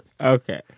Okay